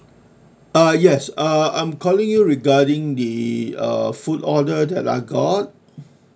ah yes uh I'm calling you regarding the uh food order that I got